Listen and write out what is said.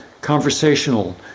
conversational